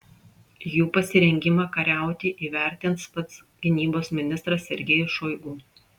jų pasirengimą kariauti įvertins pats gynybos ministras sergejus šoigu